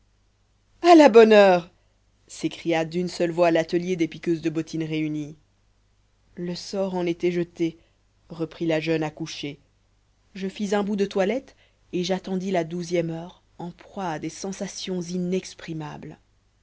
à la bonne heure s'écria d'une seule voix l'atelier des piqueuses de bottines réunies le sort en était jeté reprit la jeune accouchée je fis un bout de toilette et j'attendis la douzième heure en proie à des sensations